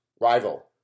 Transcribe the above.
Rival